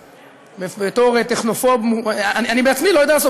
בתור טכנופוב אני בעצמי לא יודע לעשות.